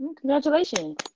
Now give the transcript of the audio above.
Congratulations